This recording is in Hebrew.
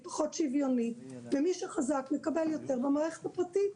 פחות שוויונית ומי שחזק מקבל יותר במערכת הפרטית.